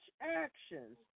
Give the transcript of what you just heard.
actions